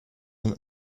and